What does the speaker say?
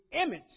image